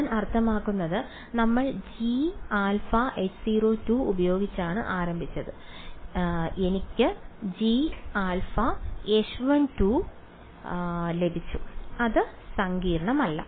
ഞാൻ അർത്ഥമാക്കുന്നത് നമ്മൾ g α H0 ഉപയോഗിച്ചാണ് ആരംഭിച്ചത് എനിക്ക് g α H1 ലഭിച്ചു അത്ര സങ്കീർണ്ണമല്ല